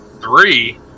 three